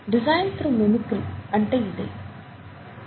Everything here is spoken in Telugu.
డిజైన్ త్రు మిమిక్రీ అంటే ఇదే